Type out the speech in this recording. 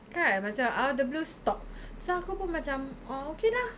kan macam out of the blue stopped so aku pun macam oh okay lah